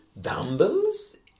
Dumbbells